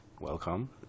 welcome